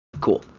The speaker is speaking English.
cool